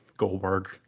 Goldberg